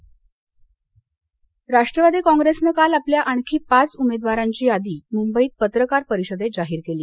राष्ट्रवादी राष्ट्रवादी काँप्रेसनं काल आपल्या आणखी पाच उमेदवारांची यादी मुंबईत पत्रकार परिषदेत जाहीर केली